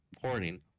porting